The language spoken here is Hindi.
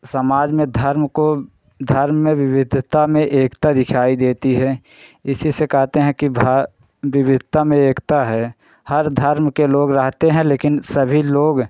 समाज में धर्म को धर्म में विविधता में एकता दिखाई देती है इसी से कहते हैं कि भा विविधता में एकता है हर धर्म के लोग रहते हैं लेकिन सभी लोग